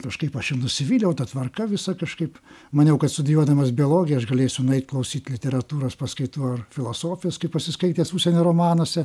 kažkaip aš ir nusivyliau ta tvarka visa kažkaip maniau kad studijuodamas biologiją aš galėsiu nueit klausyt literatūros paskaitų ar filosofijos kaip pasiskaitęs užsienio romanuose